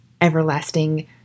everlasting